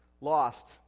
lost